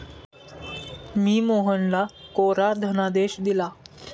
मी मोहनला कोरा धनादेश दिला